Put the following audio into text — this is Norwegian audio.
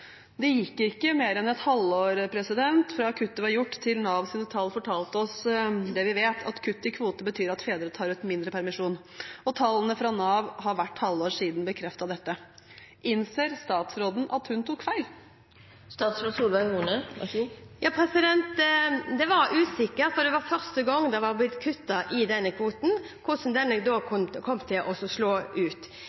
Det gikk ikke mer enn et halvår fra kuttet var gjort, til tallene fra Nav fortalte oss det vi vet, at kutt i kvote betyr at fedre tar ut mindre permisjon, og tallene fra Nav har hvert halvår siden bekreftet dette. Innser statsråden at hun tok feil? Det var usikkert hvordan dette kom til å slå ut, for det var første gang det var blitt kuttet i denne kvoten.